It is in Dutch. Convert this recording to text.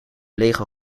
lego